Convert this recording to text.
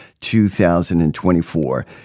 2024